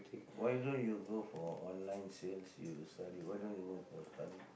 why don't you go for online sales you study why don't you work for study